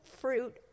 fruit